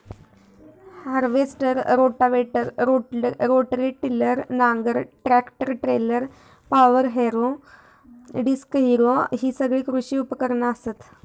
harvester, rotavator, rotary tiller, नांगर, tractor trailer, power harrow, disc harrow हि सगळी कृषी उपकरणा असत